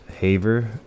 haver